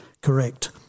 correct